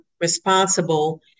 responsible